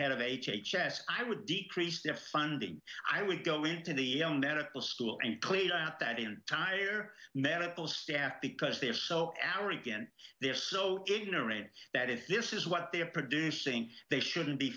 head of h h s i would decrease their funding i would go into the medical school and plead out that entire medical staff because they're so our again they're so ignorant that if this is what they're producing they shouldn't be